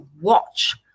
watch